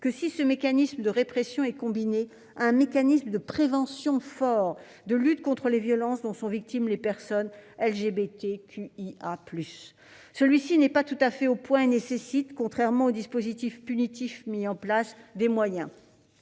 que si ce mécanisme de répression est combiné à une mesure forte de prévention et de lutte contre les violences dont sont victimes les personnes LGBTQIA+. Une telle mesure n'est pas tout à fait au point et nécessite, contrairement au dispositif punitif mis en place, des moyens.